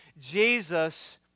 Jesus